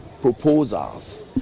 proposals